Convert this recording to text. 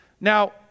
Now